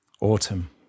Autumn